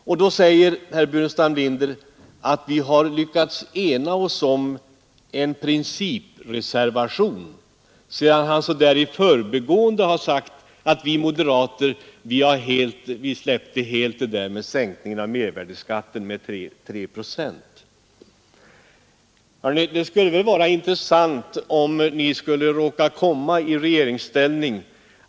Herr Burenstam Linder framhåller att oppositionen lyckats ena sig om en principreservation, sedan han så där i förbigående sagt att moderaterna helt har släppt kravet på sänkningen av mervärdeskatten med 3 procent. Det skulle vara intressant om oppositionen kom i regeringsställning!